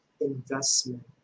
investment